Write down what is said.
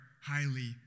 highly